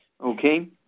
Okay